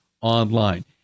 online